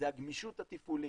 זה הגמישות התפעולית.